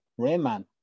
Rayman